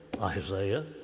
Isaiah